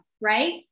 right